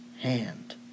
hand